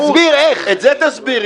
את זה תסביר.